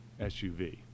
SUV